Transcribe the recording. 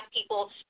people